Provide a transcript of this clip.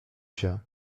się